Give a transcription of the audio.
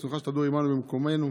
רצונך שתדור עימנו במקומנו,